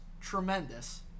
tremendous